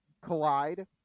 collide